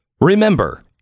Remember